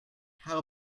how